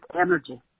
energy